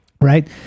Right